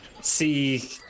See